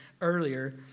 earlier